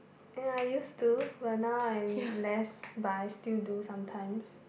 ya used to but now I'm less but I still do sometimes